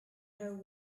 her